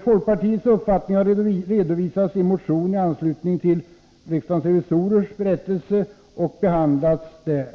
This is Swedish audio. Folkpartiets uppfattning har redovisats i en motion som väckts i anslutning till riksdagens revisorers berättelse och som kommer att behandlas i det